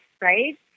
right